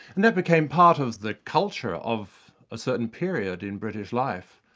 and that became part of the culture of a certain period in british life.